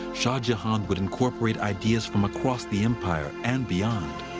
shah jahan would incorporate ideas from across the empire and beyond.